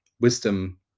wisdom